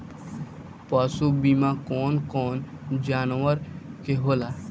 पशु बीमा कौन कौन जानवर के होला?